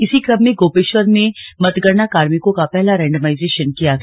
इसी क्रम में गोपेश्वर में मतगणना कार्मिकों का पहला रैंडमाइजेशन किया गया